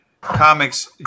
Comics